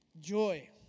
Joy